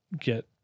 get